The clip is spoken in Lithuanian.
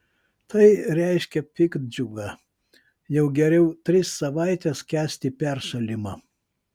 tai reiškia piktdžiugą jau geriau tris savaites kęsti peršalimą